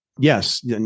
Yes